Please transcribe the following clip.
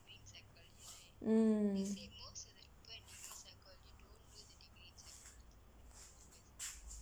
mm